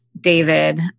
David